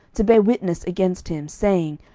to bear witness against him, saying,